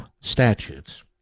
statutes